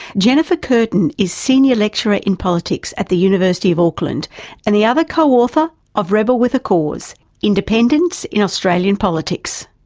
jennifer curtin is senior lecturer in politics at the university of auckland and the other co-author of rebel with a cause independents in australian politics.